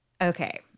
Okay